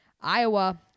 Iowa